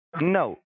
No